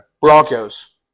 Broncos